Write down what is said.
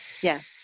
Yes